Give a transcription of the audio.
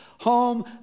home